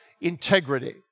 integrity